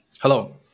Hello